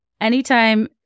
anytime